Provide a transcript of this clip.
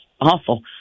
awful